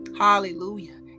Hallelujah